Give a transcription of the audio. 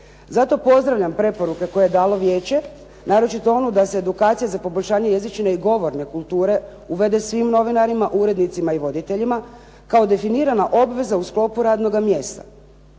Zato pozdravljam preporuke koje je dalo Vijeće, naročito ono da se edukacija za poboljšanje jezične i govorne kulture uvede svim novinarima, urednicima i voditeljima kao definirana obveza u sklopu radnoga mjesta.